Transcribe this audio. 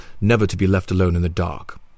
never-to-be-left-alone-in-the-dark